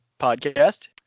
podcast